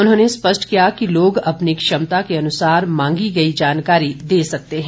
उन्होंने स्पष्ट किया कि लोग अपनी क्षमता के अनुसार मांगी गई जानकारी दे सकते हैं